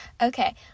okay